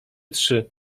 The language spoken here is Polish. trzy